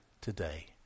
today